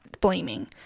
blaming